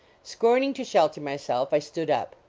scorning to shelter myself, i stood up.